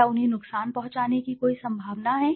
क्या उन्हें नुकसान पहुंचाने की कोई संभावना है